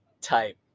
type